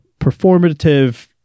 performative